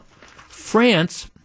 France